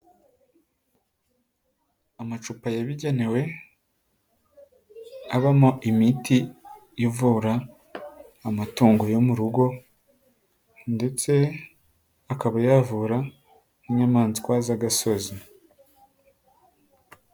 Amacupa yabigenewe abamo imiti ivura amatungo yo mu rugo, ndetse akaba yavura n'inyamaswa z'agasozi.